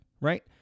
Right